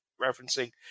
referencing